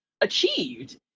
achieved